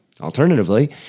Alternatively